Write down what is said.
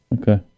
Okay